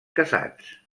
casats